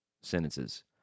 sentences